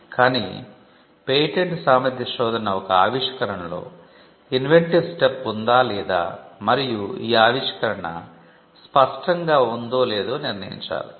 కానీ పేటెంట్ సామర్థ్య శోధన ఒక ఆవిష్కరణలో ఇన్వెంటివ్ స్టెప్ ఉందా లేదా మరియు ఈ ఆవిష్కరణ స్పష్టంగా ఉందో లేదో నిర్ణయించాలి